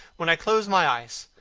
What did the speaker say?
when i close my eyes,